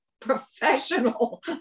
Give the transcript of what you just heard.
professional